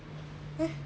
!huh!